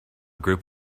group